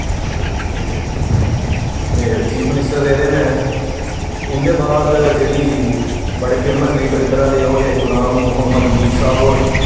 फिलहाल एह् साढ़े चीफ मिनिस्टर रेह्दे न उंदे बाद जेह्ड़ी बड़े फेमस लीडर इद्धरा दे ओह् हे गुलाम मोहम्मद मीर साह्ब होर